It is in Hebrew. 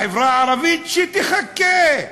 החברה הערבית, שתחכה.